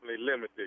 limited